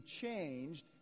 changed